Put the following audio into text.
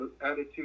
attitude